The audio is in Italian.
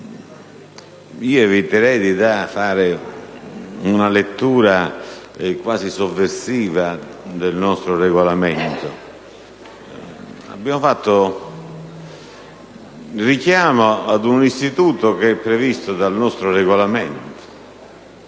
eviterei di fare una lettura quasi sovversiva del nostro Regolamento. Abbiamo invocato il richiamo ad un istituto previsto dal nostro Regolamento